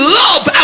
love